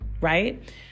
right